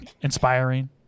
inspiring